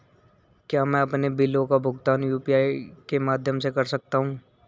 क्या मैं अपने बिलों का भुगतान यू.पी.आई के माध्यम से कर सकता हूँ?